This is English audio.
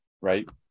Right